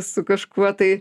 su kažkuo tai